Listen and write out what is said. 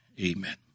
Amen